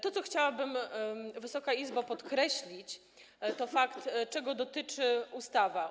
To, co chciałabym, Wysoka Izbo, podkreślić, to fakt, czego dotyczy ustawa.